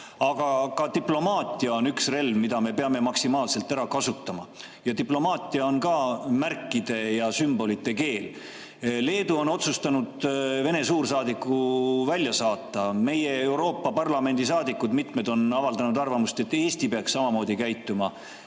Aga ka diplomaatia on relv, mida me peame maksimaalselt ära kasutama. Diplomaatia on ka märkide ja sümbolite keel. Leedu on otsustanud Vene suursaadiku välja saata. Mitmed meie Euroopa Parlamendi saadikud on avaldanud arvamust, et Eesti peaks samamoodi käituma.